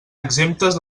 exemptes